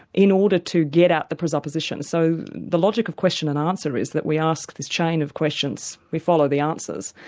in order to get out the presupposition. so the logic of question and answer is that we ask this chain of questions, we follow the answers,